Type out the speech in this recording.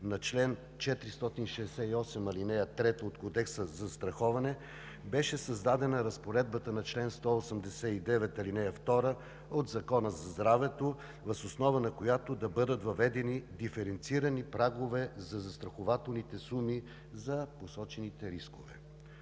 на чл. 468, ал. 3 от Кодекса за застраховане беше създадена разпоредбата на чл. 189, ал. 2 от Закона за здравето, въз основа на която да бъдат въведени диференцирани прагове за застрахователните суми за посочените рискове.